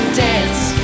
dance